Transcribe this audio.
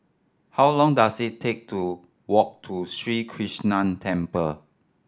how long dose it take to walk to Sri Krishnan Temple